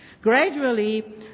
Gradually